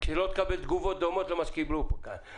שלא תקבל תגובות דומות למה שקיבלו כאן.